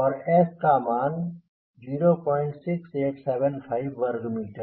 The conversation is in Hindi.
और S का मान था 06875 वर्ग मीटर